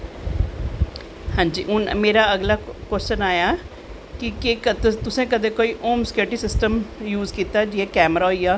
हांजी हून मेरा अगला कव्शन आया कि कदैं तुसैं होम स्कैटी सिस्टम कीता जियां कैमरा होईया